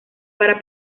para